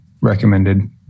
recommended